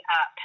Up